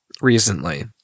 recently